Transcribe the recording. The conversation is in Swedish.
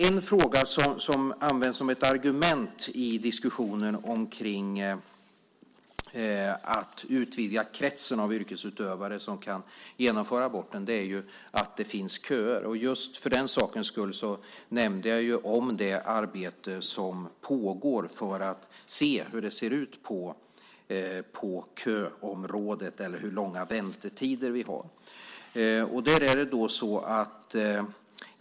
En fråga som används som argument i diskussionen kring att utvidga kretsen av yrkesutövare som kan genomföra abort är att det finns köer. Jag nämnde det arbete som pågår för att se hur det ser ut med köerna och hur långa väntetider vi har.